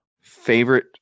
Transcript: favorite